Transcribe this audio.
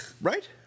right